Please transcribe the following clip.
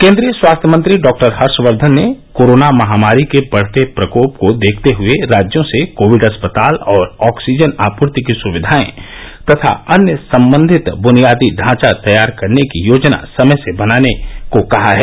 केन्द्रीय स्वास्थ्य मंत्री डॉक्टर हर्षवर्धन ने कोरोना महामारी के बढ़ते प्रकोप को देखते हुए राज्यों से कोविड अस्पताल और ऑक्सीजन आपूर्ति की सुविघाए तथा अन्य संबंधित बुनियादी ढांचा तैयार करने की योजना समय से पहले बनाने को कहा है